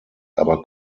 aber